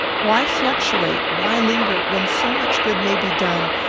why fluctuate, why linger, when so much good may be done,